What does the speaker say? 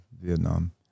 Vietnam